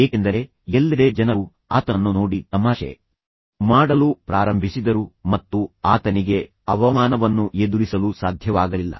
ಏಕೆಂದರೆ ಎಲ್ಲೆಡೆ ಜನರು ಆತನನ್ನು ನೋಡಿ ತಮಾಷೆ ಮಾಡಲು ಪ್ರಾರಂಭಿಸಿದರು ಮತ್ತು ಆತನಿಗೆ ಅವಮಾನವನ್ನು ಎದುರಿಸಲು ಸಾಧ್ಯವಾಗಲಿಲ್ಲ